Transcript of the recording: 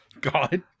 God